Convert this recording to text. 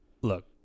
look